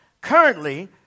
Currently